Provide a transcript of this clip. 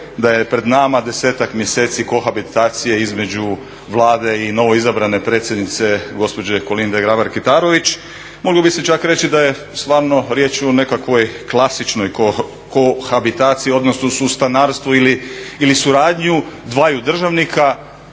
da je pred nama 10-ak mjeseci kohabitacije između Vlade i novoizabrane predsjednice gospođe Kolinde Grabar-Kitarović. Moglo bi se čak reći da je stvarno riječ o nekakvoj klasičnoj kohabitaciji odnosno sustanarstvu ili suradnju dvaju državnika